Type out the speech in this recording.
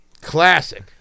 Classic